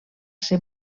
ser